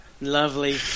Lovely